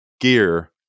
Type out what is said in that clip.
gear